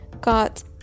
got